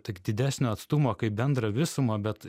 tik didesnio atstumo kaip bendrą visumą bet